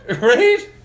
right